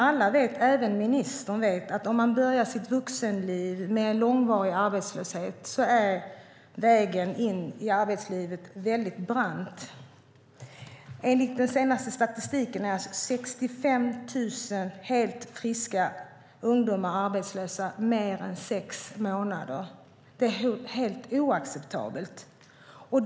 Alla vet, även ministern, att om man börjar sitt vuxenliv med långvarig arbetslöshet är vägen in i arbetslivet väldigt brant. Enligt den senaste statistiken är 65 000 helt friska ungdomar arbetslösa mer än sex månader. Det är helt oacceptabelt.